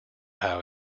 how